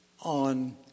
on